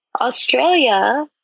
Australia